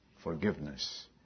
forgiveness